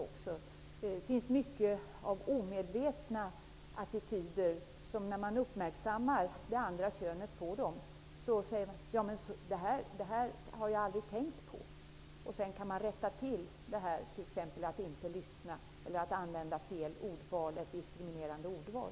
Det finns en mängd omedvetna attityder. När personer av det andra könet uppmärksammas på detta framkommer det att de aldrig har tänkt på saken. Därefter går det att rätta till sådana saker som t.ex. att inte lyssna eller att använda diskriminerande ordval.